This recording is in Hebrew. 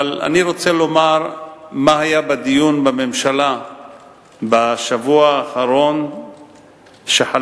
אבל אני רוצה לומר מה היה בדיון בממשלה בשבוע האחרון שחלף,